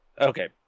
Okay